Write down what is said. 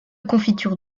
confiture